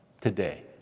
today